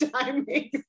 timing